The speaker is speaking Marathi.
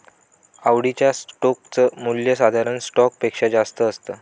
आवडीच्या स्टोक च मूल्य साधारण स्टॉक पेक्षा जास्त असत